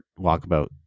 Walkabout